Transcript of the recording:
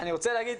רוצה להגיד,